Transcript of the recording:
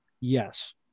Yes